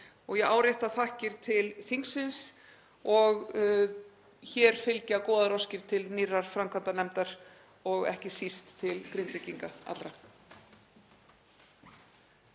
Ég árétta þakkir til þingsins og hér fylgja góðar óskir til nýrrar framkvæmdanefndar og ekki síst til Grindvíkinga